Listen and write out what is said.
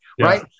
right